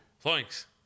thanks